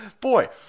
Boy